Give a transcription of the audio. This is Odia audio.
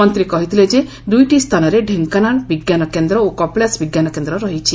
ମନ୍ତୀ କହିଥିଲେ ଯେ ଦୁଇଟି ସ୍ତାନରେ ଢେଙ୍କାନାଳ ବିଙ୍କାନ କେନ୍ଦ ଓ କପିଳାସ ବିଙ୍କାନ କେନ୍ଦ ରହିଛି